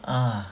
ah